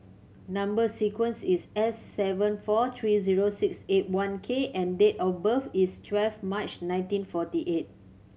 number sequence is S seven four three zero six eight one K and date of birth is twelve March nineteen forty eight